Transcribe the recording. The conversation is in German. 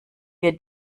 wir